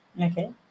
okay